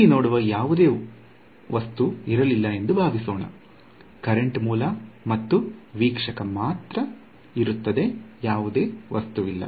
ಇಲ್ಲಿ ನೋಡುವ ಯಾವುದೇ ವಸ್ತು ಇರಲಿಲ್ಲ ಎಂದು ಭಾವಿಸೋಣ ಕರೆಂಟ್ ಮೂಲ ಮತ್ತು ವೀಕ್ಷಕ ಮಾತ್ರ ಇದೆ ಮತ್ತು ಯಾವುದೇ ವಸ್ತುವಿಲ್ಲ